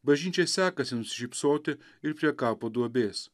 bažnyčiai sekasi nusišypsoti ir prie kapo duobės